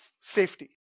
safety